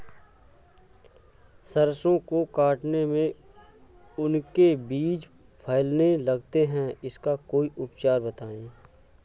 सरसो को काटने में उनके बीज फैलने लगते हैं इसका कोई उपचार बताएं?